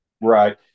Right